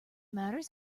matters